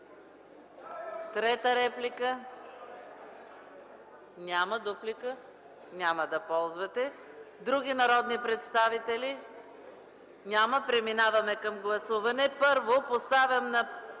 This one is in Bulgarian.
Трета реплика? Няма. Дуплика? Няма да ползвате. Други народни представители? Няма. Преминаваме към гласуване. Първо, поставям на